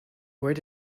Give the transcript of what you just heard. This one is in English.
where